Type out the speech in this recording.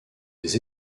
des